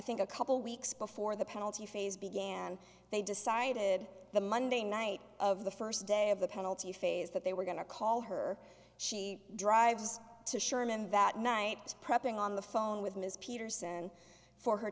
think a couple weeks before the penalty phase began they decided the monday night of the first day of the penalty phase that they were going to call her she drives to sherman that night prepping on the phone with ms peterson for her